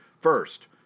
First